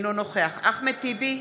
אינו נוכח אחמד טיבי,